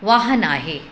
वाहन आहे